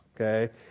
okay